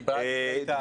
דיברת בטעם.